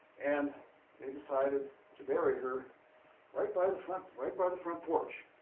and they decided to bury her right by the front, right by the front porch.